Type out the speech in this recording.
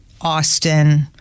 Austin